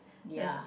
ya